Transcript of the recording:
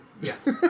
Yes